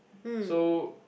so